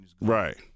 Right